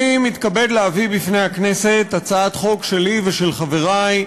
אני מתכבד להביא בפני הכנסת הצעת חוק שלי ושל חברי,